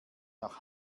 nach